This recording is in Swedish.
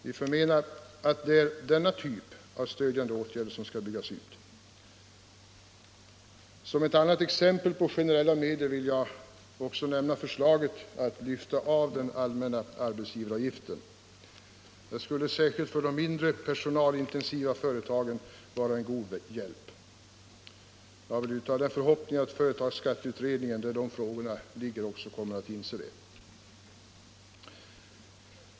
Vi förmenar att det är denna typ av stödjande åtgärder som skall byggas ut. Som ett annat exempel på generella medel vill jag också nämna förslaget att lyfta av den allmänna arbetsgivaravgiften. Det skulle — särskilt för de mindre, personalintensiva företagen — vara en god hjälp. Jag vill därför uttala förhoppningen att företagsskatteutredningen — där de frågorna ligger — också kommer att inse det.